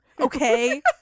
Okay